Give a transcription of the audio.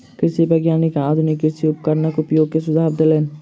कृषि वैज्ञानिक आधुनिक कृषि उपकरणक उपयोग के सुझाव देलैन